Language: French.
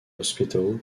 hospital